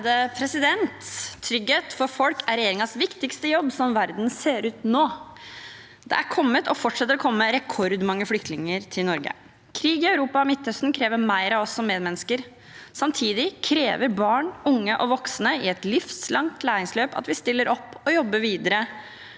(Sp) Trygghet for folk er regjeringens viktigste jobb sånn verden ser ut nå. Det er kommet og fortsetter å komme rekordmange flyktninger til Norge. Krig i Europa og Midtøsten krever mer av oss som medmennesker. Samtidig krever barn, unge og voksne i et livslangt læringsløp at vi stiller opp og jobber videre